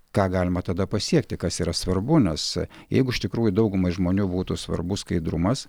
ką galima tada pasiekti kas yra svarbu nes jeigu iš tikrųjų daugumai žmonių būtų svarbus skaidrumas